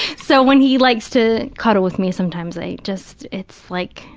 so when he likes to cuddle with me sometimes, i just, it's like,